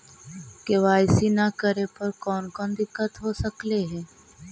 KYC न करे पर कौन कौन दिक्कत हो सकले हे?